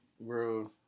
bro